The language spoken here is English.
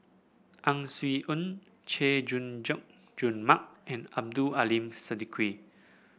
Ang Swee Aun Chay Jung June Mark and Abdul Aleem Siddique